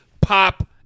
pop